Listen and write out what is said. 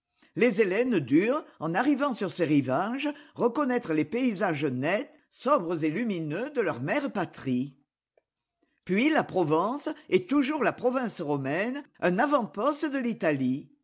les hellènes durent en arrivant sur ces rivages reconnaître les paysages nets sobres et lumineux de leur mèrepatrie puis la provence est toujours la province romaine un avant poste de l'italie